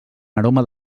aroma